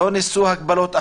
לא ניסו הגבלות אחרות.